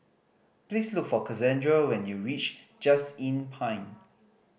please look for Cassandra when you reach Just Inn Pine